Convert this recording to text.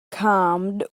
calmed